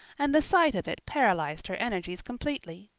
and the sight of it paralyzed her energies completely.